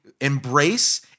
embrace